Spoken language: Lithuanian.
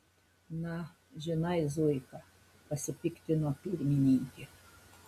na žinai zuika pasipiktino pirmininkė